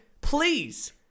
Please